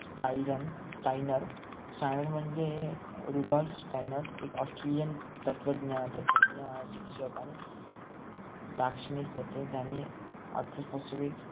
Styron Steiner Steiner म्हणजे Rudolf Steiner एक Australian तत्वज्ञा तत्वज्ञ शिक्षक आणि दाक्षिणीक होते ज्याने ऑट्रोस्पोसिफिक